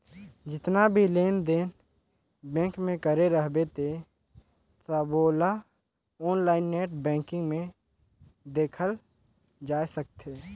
जेतना भी लेन देन बेंक मे करे रहबे ते सबोला आनलाईन नेट बेंकिग मे देखल जाए सकथे